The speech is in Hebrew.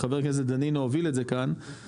חבר הכנסת דנינו הוביל את זה כאן,